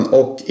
och